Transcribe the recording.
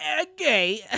Okay